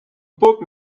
book